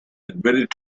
admitted